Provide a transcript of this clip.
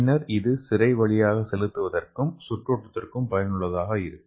பின்னர் இது சிரை வழியாக செலுத்துவதற்கும் சுற்றோட்டத்திற்கும் பயனுள்ளதாக இருக்கும்